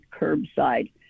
curbside